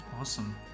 Awesome